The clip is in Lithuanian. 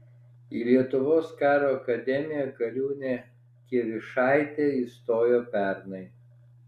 į lietuvos karo akademiją kariūnė kievišaitė įstojo pernai